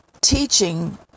teaching